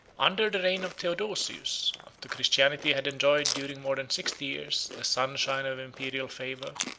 under the reign of theodosius, after christianity had enjoyed, during more than sixty years, the sunshine of imperial favor,